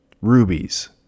rubies